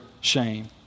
shame